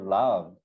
love